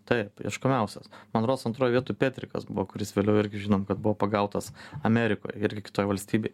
taip ieškomiausias man rods antroj vietoj petrikas buvo kuris vėliau irgi žinom kad buvo pagautas amerikoj irgi kitoj valstybėj